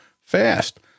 fast